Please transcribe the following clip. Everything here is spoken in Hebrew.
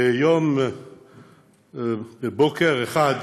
בוקר אחד,